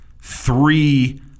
three